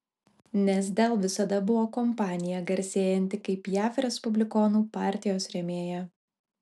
nes dell visada buvo kompanija garsėjanti kaip jav respublikonų partijos rėmėja